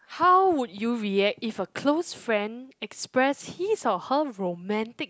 how would you react if a close friend express his or her romantic